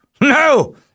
No